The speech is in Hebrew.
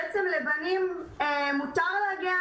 בעצם לכולם מותר להגיע